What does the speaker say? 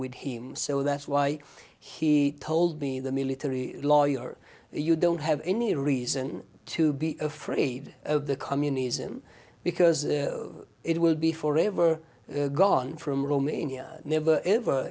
with him so that's why he told me the military lawyer you don't have any reason to be afraid of the communism because it will be forever gone from romania never ever